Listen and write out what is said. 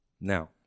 Now